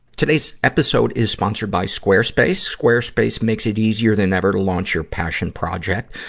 today's episode is sponsored by sqaurespace. sqaurespace makes it easier than ever to launch your passion project,